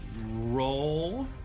Roll